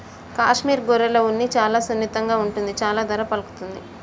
కాశ్మీర్ గొర్రెల ఉన్ని చాలా సున్నితంగా ఉంటుంది చాలా ధర పలుకుతుంది